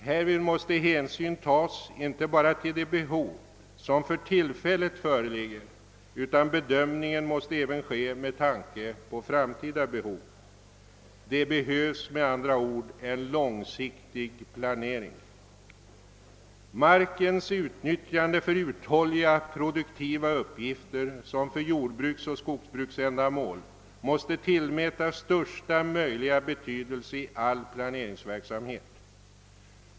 Härvid måste hänsyn tas inte bara till de behov som för tillfället föreligger, utan bedömningen måste ske även med tanke på framtida behov. Det erfordras med andra ord en långsiktig planering. Markens utnyttjande för uthålliga produktiva uppgifter, såsom för jordbruksoch skogsbruksändamål, måste tillmätas största möjliga betydelse i all planeringsverksamhet.